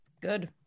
Good